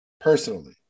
personally